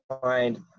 find